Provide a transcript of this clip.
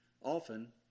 often